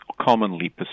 commonly